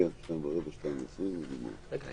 שיש לעמוד בה, אבל אני לא רואה